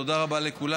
תודה רבה לכולם.